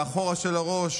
באחורה של הראש